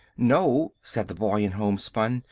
no, said the boy in homespun,